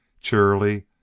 cheerily